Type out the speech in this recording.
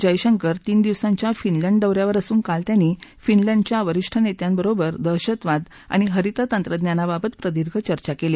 जयशंकर तीन दिवसांच्या फिनलँडच्या दौ यावर असून काल त्यांनी फिनलँडच्या वरिष्ठ नेत्यांबरोबर दहशतवाद आणि हरित तंत्रज्ञानाबाबत प्रदीर्घ चर्चा केली